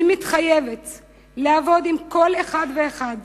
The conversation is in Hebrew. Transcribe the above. אני מתחייבת לעבוד עם כל אחד ואחד